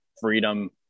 freedom